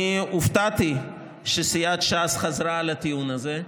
אני הופתעתי שסיעת ש"ס חזרה על הטיעון הזה.